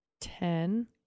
Ten